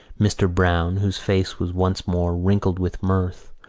mr. browne, whose face was once more wrinkling with mirth,